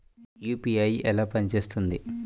UPI ఎలా పనిచేస్తుంది?